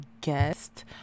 guest